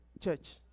church